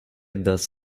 does